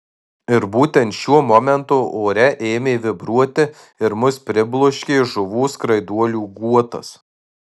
ir būtent šiuo momentu ore ėmė vibruoti ir mus pribloškė žuvų skraiduolių guotas